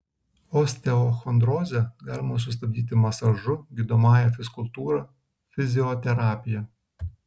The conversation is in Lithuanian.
osteochondrozę galima sustabdyti masažu gydomąja fizkultūra fizioterapija